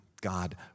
God